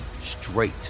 straight